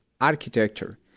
architecture